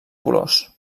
colors